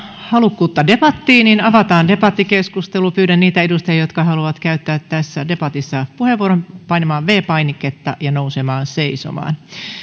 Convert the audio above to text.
halukkuutta debattiin avataan debattikeskustelu pyydän niitä edustajia jotka haluavat käyttää tässä debatissa puheenvuoron painamaan viides painiketta ja nousemaan seisomaan